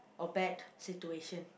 or bad situation